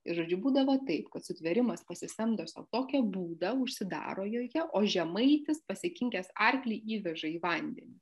ir žodžiu būdavo taip kad sutvėrimas pasisamdęs tokią būdą užsidaro joje o žemaitis pasikinkęs arklį įveža į vandenį